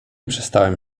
przestałem